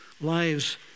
lives